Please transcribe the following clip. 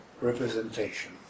representation